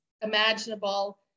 imaginable